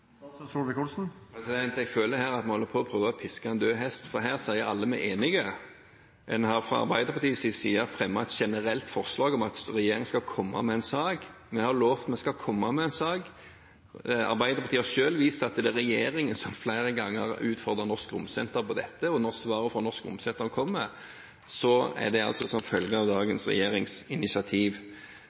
statsråd Solvik-Olsen. Jeg føler her at vi holder på å prøve å piske en død hest, for her sier alle vi er enige. En har fra Arbeiderpartiets side fremmet et generelt forslag om at regjeringen skal komme med en sak – vi har lovet vi skal komme med en sak. Arbeiderpartiet har selv vist til at det er regjeringen som flere ganger har utfordret Norsk Romsenter på dette, og når svaret fra Norsk Romsenter kommer, er det som følge av dagens regjerings initiativ.